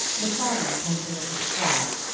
the farmer came to look at the crop,